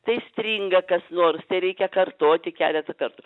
tai stringa kas nors tai reikia kartoti keletą kartų